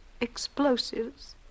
explosives